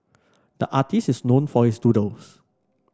the artist is known for his doodles